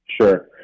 Sure